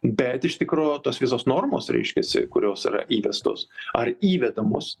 bet iš tikro tos visos normos reiškiasi kurios yra įvestos ar įvedamos